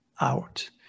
out